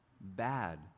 bad